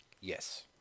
Yes